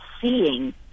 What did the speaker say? seeing